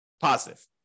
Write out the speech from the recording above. positive